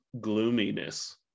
gloominess